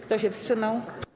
Kto się wstrzymał?